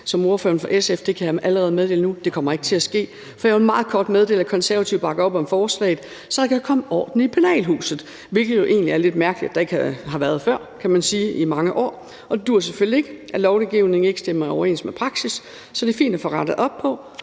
som ordføreren for SF gjorde. Det kan jeg allerede meddele nu ikke kommer til at ske, for jeg vil meget kort meddele, at Konservative bakker op om forslaget, så der kan komme orden i penalhuset, hvilket det jo egentlig er lidt mærkeligt at der ikke har været i mange år, kan man sige. Det duer selvfølgelig ikke, at lovgivningen ikke stemmer overens med praksis, så det er fint at få rettet op på